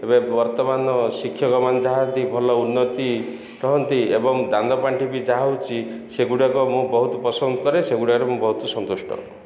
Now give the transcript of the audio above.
ଏବେ ବର୍ତ୍ତମାନ ଶିକ୍ଷକମାନେ ଚାହାନ୍ତି ଭଲ ଉନ୍ନତି ରୁହନ୍ତି ଏବଂ ଦାନ୍ଦ ପାଣ୍ଠି ବି ଯାହା ହେଉଛି ସେଗୁଡ଼ାକ ମୁଁ ବହୁତ ପସନ୍ଦ କରେ ସେଗୁଡ଼ାରେ ମୁଁ ବହୁତ ସନ୍ତୁଷ୍ଟ